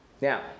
Now